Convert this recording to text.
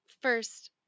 First